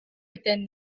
within